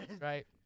Right